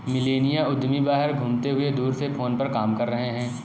millennial उद्यमी बाहर घूमते हुए दूर से फोन पर काम कर रहे हैं